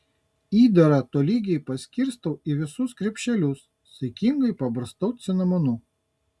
įdarą tolygiai paskirstau į visus krepšelius saikingai pabarstau cinamonu